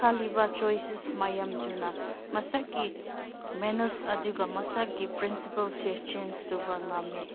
ꯈꯜꯂꯤꯕ ꯆꯣꯏꯁꯦꯁ ꯃꯌꯥꯝꯗꯨꯅ ꯃꯁꯥꯒꯤ ꯃꯦꯅꯔꯁ ꯑꯗꯨꯒ ꯃꯁꯥꯒꯤ ꯄ꯭ꯔꯤꯟꯁꯤꯄꯜꯁꯦ ꯆꯦꯟꯖ ꯇꯧꯕ ꯉꯝꯃꯤ